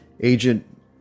Agent